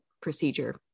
procedure